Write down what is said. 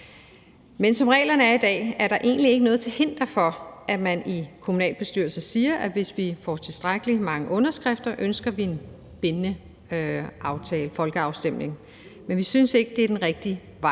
Men som reglerne er i dag, er der egentlig ikke noget til hinder for, at man i kommunalbestyrelser siger: Hvis vi får tilstrækkelig mange underskrifter, ønsker vi en bindende folkeafstemning. Men vi synes ikke, at en bindende